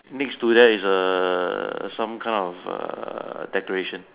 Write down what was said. next to there is a some kind of a decoration